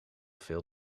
veel